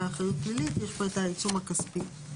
אחריות פלילית יש פה את העיצום הכספי.